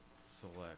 Select